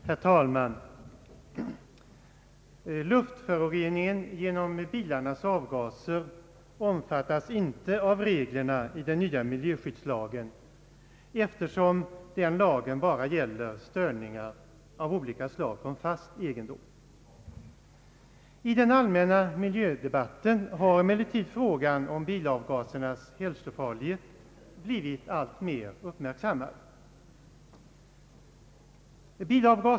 Herr talman! Luftföroreningen genom bilarnas avgaser omfattas inte av reglerna i den nya miljöskyddslagen, eftersom denna bara gäller störningar av olika slag från fast egendom. I den allmänna miljödebatten har emellertid frågan om bilavgasernas hälsofarlighet blivit alltmer uppmärksammad.